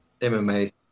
MMA